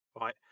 right